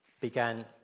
began